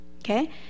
okay